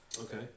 Okay